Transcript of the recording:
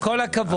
עם כל הכבוד,